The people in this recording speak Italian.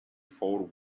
four